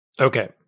Okay